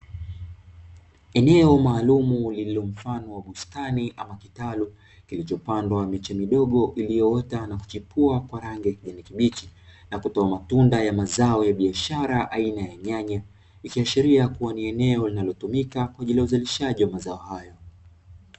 Eneo maalumu wa mfano wa bustani au kitalu kilichopandwa miche midogo iliyoota na kuchepua kwa rangi ya kijani kibichi na kitoa matunda ya mazao ya biashara aina ya nyanya, ikiashiria ni eneo litumikalo kwa ajili ya uzalishaji wa mazao hayo.